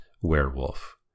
werewolf